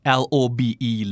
lobe